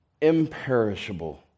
imperishable